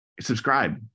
Subscribe